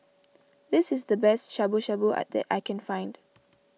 this is the best Shabu Shabu that I can find